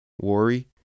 Worry